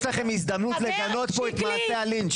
יש לכם הזדמנות לגנות פה את מעשי הלינץ'.